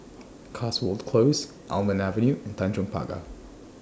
Cotswold Close Almond Avenue and Tanjong Pagar